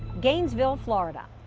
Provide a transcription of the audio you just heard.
gainesville, florida.